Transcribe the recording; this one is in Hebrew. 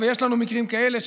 יש לנו מקרים כאלה,